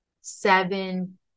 seven